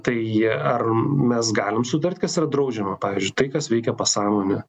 tai jie ar mes galim sutart kas yra draudžiama pavyzdžiui tai kas veikia pasąmonę